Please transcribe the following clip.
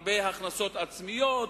הרבה הכנסות עצמיות,